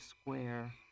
square